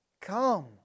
Come